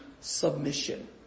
Submission